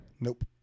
Nope